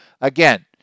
again